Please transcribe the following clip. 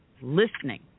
listening